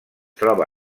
troba